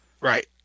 Right